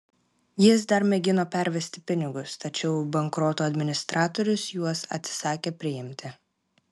jis dar mėgino pervesti pinigus tačiau bankroto administratorius juos atsisakė priimti